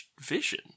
vision